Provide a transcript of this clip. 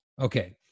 Okay